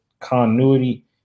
continuity